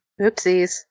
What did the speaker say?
Oopsies